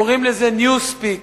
קוראים לזה new speak,